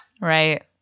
Right